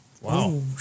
Wow